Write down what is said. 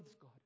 God